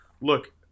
look